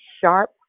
sharp